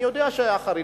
אני יודע שהחרדים,